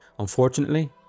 Unfortunately